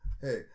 Hey